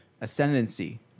ascendancy